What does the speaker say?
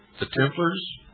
the templars